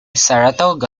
saratoga